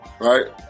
Right